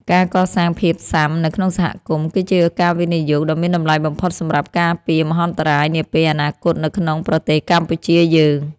ការកសាងភាពស៊ាំនៅក្នុងសហគមន៍ គឺជាការវិនិយោគដ៏មានតម្លៃបំផុតសម្រាប់ការពារមហន្តរាយនាពេលអនាគតនៅក្នុងប្រទេសកម្ពុជាយើង។